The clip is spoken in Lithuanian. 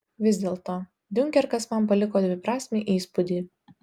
vis dėlto diunkerkas man paliko dviprasmį įspūdį